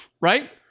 right